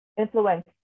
influence